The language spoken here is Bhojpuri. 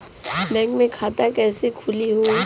बैक मे खाता कईसे खुली हो?